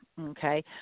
okay